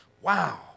Wow